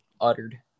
uttered